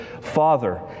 Father